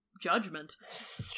judgment